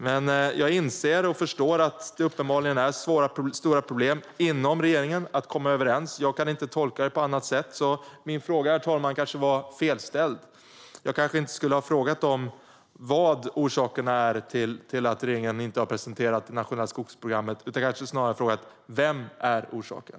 Men jag inser och förstår att det uppenbarligen är stora problem inom regeringen att komma överens. Jag kan inte tolka det på annat sätt. Herr talman! Min fråga var kanske fel ställd. Jag skulle kanske inte ha frågat vad orsakerna är till att regeringen inte har presentera det nationella skogsprogrammet. Snarare kanske jag skulle ha frågat: Vem är orsaken?